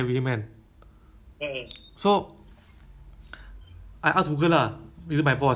so he use the the what google assistance eh yang cakap the voice ah